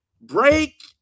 Break